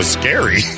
scary